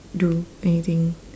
do anything